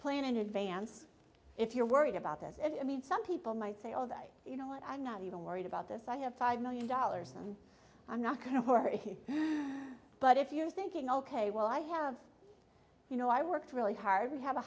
plan in advance if you're worried about this and i mean some people might say oh that you know what i'm not even worried about this i have five million dollars and i'm not going to hurt him but if you're thinking ok well i have you know i worked really hard we have a